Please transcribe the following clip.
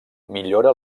millora